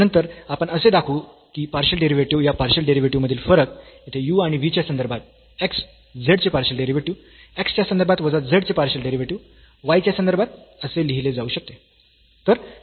आणि नंतर आपण असे दाखवू की पार्शियल डेरिव्हेटिव्ह या पार्शियल डेरिव्हेटिव्ह मधील फरक येथे u आणि v च्या संदर्भात x z चे पार्शियल डेरिव्हेटिव्ह x च्या संदर्भात वजा z चे पार्शियल डेरिव्हेटिव्ह y च्या संदर्भात असे लिहिले जाऊ शकते